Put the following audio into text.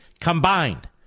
combined